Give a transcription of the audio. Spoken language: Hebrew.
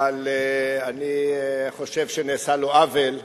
אבל אני חושב שנעשה לו עוול,